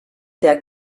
der